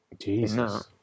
Jesus